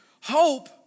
hope